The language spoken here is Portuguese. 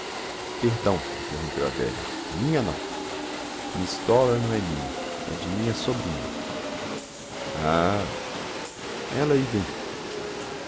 perdão interrompeu a velha minha não miss dollar não é minha é de minha sobrinha ah ela aí vem